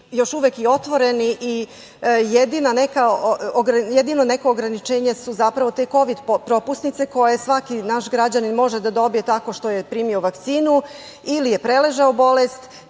još uvek i otvoreni i jedino neko ograničenje su zapravo te kovid propusnice koje svaki naš građanin može da dobije tako što je primio vakcinu ili je prelažao bolest